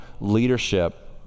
leadership